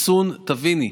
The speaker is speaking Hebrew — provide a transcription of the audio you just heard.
תביני,